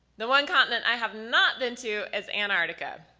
the one continent i have not been to is antarctica,